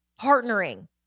partnering